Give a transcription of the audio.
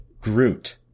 Groot